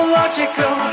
logical